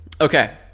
Okay